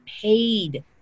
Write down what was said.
paid